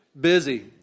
Busy